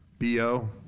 Bo